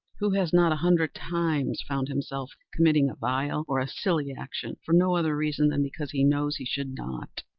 who has not, a hundred times, found himself committing a vile or a silly action, for no other reason than because he knows he should not?